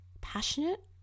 passionate